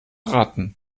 ratten